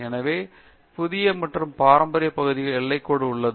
எனவே புதிய மற்றும் பாரம்பரிய பகுதிக்கு எல்லைக் கோடு இது